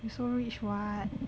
you so rich [what]